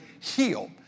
heal